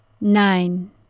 Nine